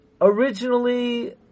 Originally